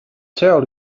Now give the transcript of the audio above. tell